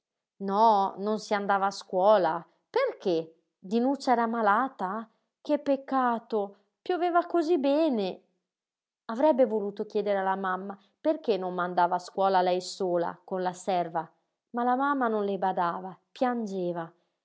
no non si andava a scuola perché dinuccia era malata che peccato pioveva cosí bene avrebbe voluto chiedere alla mamma perché non mandava a scuola lei sola con la serva ma la mamma non le badava piangeva